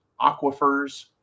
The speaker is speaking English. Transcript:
aquifers